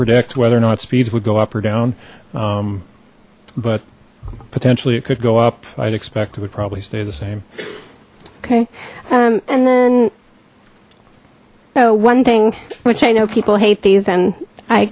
predict whether or not speeds would go up or down but potentially it could go up i'd expect it would probably stay the same okay and then one thing which i know people hate these and i